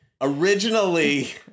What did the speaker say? originally